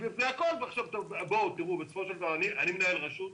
אני מנהל רשות,